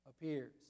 appears